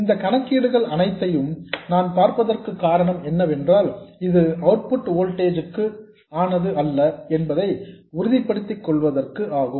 இந்த கணக்கீடுகள் அனைத்தையும் நான் பார்ப்பதற்குக் காரணம் என்னவென்றால் இது அவுட்புட் வோல்டேஜ் க்கு ஆனது அல்ல என்பதை உறுதிப்படுத்திக்கொள்வதற்கு ஆகும்